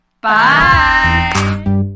Bye